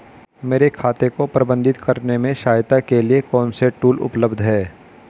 मेरे खाते को प्रबंधित करने में सहायता के लिए कौन से टूल उपलब्ध हैं?